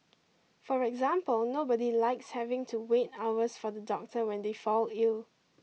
for example nobody likes having to wait hours for the doctor when they fall ill